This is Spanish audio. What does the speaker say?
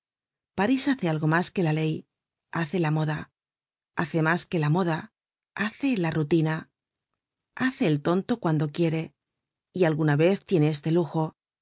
parís hace algo mas que la ley hace la moda hace mas que la moda hace la rutina hace el tonto cuando quiere y alguna vez tiene este lujo